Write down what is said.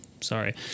sorry